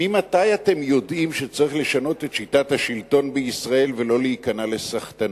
ממתי אתם יודעים שצריך לשנות את שיטת השלטון בישראל ולא להיכנע לסחטנות?